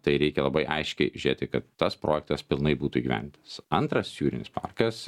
tai reikia labai aiškiai žiūrėti kad tas projektas pilnai būtų įgyvendintas antras jūrinis parkas